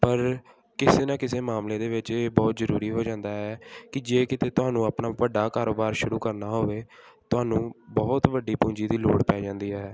ਪਰ ਕਿਸੇ ਨਾ ਕਿਸੇ ਮਾਮਲੇ ਦੇ ਵਿੱਚ ਇਹ ਬਹੁਤ ਜ਼ਰੂਰੀ ਹੋ ਜਾਂਦਾ ਹੈ ਕਿ ਜੇ ਕਿਤੇ ਤੁਹਾਨੂੰ ਆਪਣਾ ਵੱਡਾ ਕਾਰੋਬਾਰ ਸ਼ੁਰੂ ਕਰਨਾ ਹੋਵੇ ਤੁਹਾਨੂੰ ਬਹੁਤ ਵੱਡੀ ਪੂੰਜੀ ਦੀ ਲੋੜ ਪੈ ਜਾਂਦੀ ਹੈ